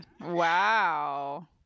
Wow